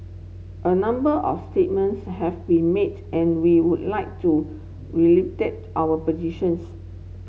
a number of statements have been made and we would like to reiterate our positions